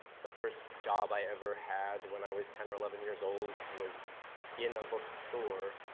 the first job i ever had when i was ten or eleven years old was in a bookstore.